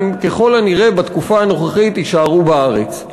הם ככל הנראה בתקופה הנוכחית יישארו בארץ.